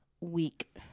week